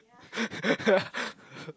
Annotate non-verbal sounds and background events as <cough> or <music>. <laughs>